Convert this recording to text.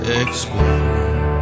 explore